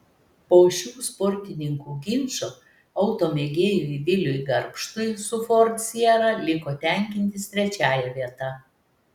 po šių sportininkų ginčo automėgėjui viliui garbštui su ford siera liko tenkintis trečiąja vieta